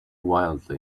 wildly